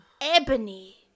Ebony